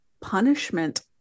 punishment